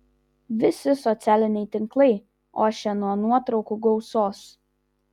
visi socialiniai tinklai ošia nuo nuotraukų gausos